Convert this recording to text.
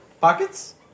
Pockets